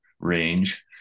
range